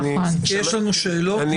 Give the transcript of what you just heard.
כי יש לנו שאלות.